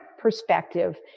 perspective